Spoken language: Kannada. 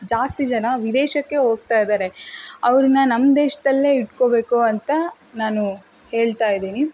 ಜಾಸ್ತಿ ಜನ ವಿದೇಶಕ್ಕೆ ಹೋಗ್ತಾ ಇದ್ದಾರೆ ಅವ್ರನ್ನ ನಮ್ಮ ದೇಶದಲ್ಲೇ ಇಟ್ಕೋಬೇಕು ಅಂತ ನಾನು ಹೇಳ್ತಾ ಇದ್ದೀನಿ